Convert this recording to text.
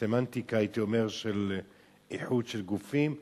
בסמנטיקה של איחוד של גופים.